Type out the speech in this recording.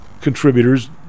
contributors